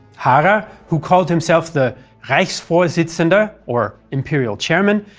harrer, who called himself the reichsvorsitzende, ah or imperial chairman,